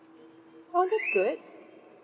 oh that's good